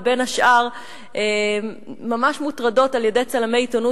ובין השאר ממש מוטרדים על-ידי צלמי עיתונות